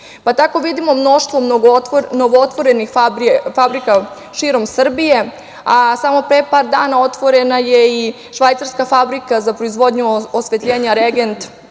pa tako vidimo mnoštvo novootvorenih fabrika širom Srbije, a samo pre par dana otvorena je i švajcarska fabrika za proizvodnju osvetljenja „Regent“